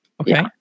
Okay